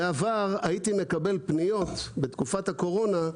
בעבר הייתי מקבל פניות, בתקופת הקורונה,